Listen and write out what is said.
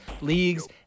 leagues